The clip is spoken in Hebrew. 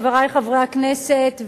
חברי חברי הכנסת,